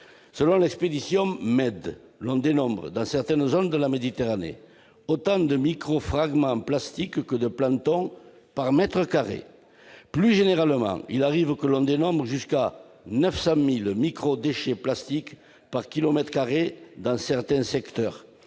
Selon l'expédition MED, on dénombre dans certaines zones de la Méditerranée autant de micro-fragments plastiques que de plancton par mètre carré ! Plus généralement, il arrive que l'on dénombre jusqu'à 900 000 micro-déchets plastiques par kilomètre carré dans certains secteurs,